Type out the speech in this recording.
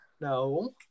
No